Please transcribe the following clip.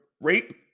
rape